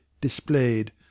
displayed